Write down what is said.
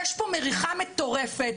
יש פה מריחה מטורפת,